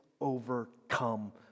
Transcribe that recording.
overcome